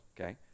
okay